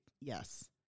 Yes